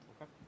Okay